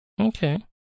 Okay